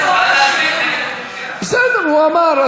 להסית נגד, בסדר, הוא אמר.